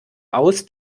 aus